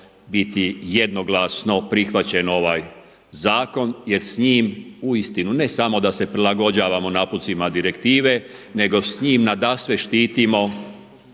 biti jednoglasno prihvaćen ovaj zakon jer s njim uistinu ne samo da se prilagođavamo napucima direktive nego s njime nadasve štitimo